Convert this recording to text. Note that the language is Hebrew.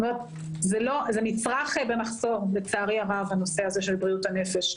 זה מצרך במחסור לצערי הרב, הנושא של בריאות הנפש.